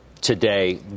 today